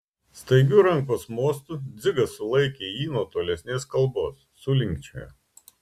staigiu rankos mostu dzigas sulaikė jį nuo tolesnės kalbos sulinkčiojo